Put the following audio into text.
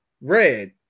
red